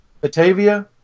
Batavia